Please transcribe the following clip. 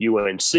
UNC